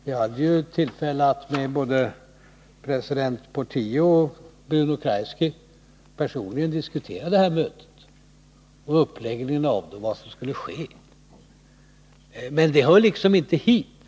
Jag hade tillfälle att diskutera mötet, uppläggningen av det och vad som skulle ske under det med både president Portillo och Bruno Kreisky personligen. Men det hör inte hit.